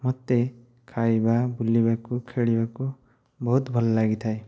ମୋତେ ଖାଇବା ବୁଲିବାକୁ ଖେଳିବାକୁ ବହୁତ ଭଲ ଲାଗିଥାଏ